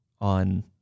on